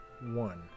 one